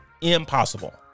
Impossible